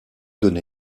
donné